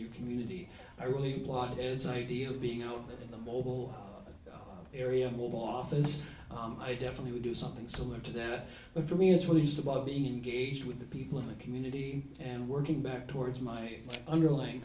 your community i really plot is ideal being out in the mobile area mobile office i definitely would do something similar to that but for me it's really just about being gauged with the people in the community and working back towards my underlying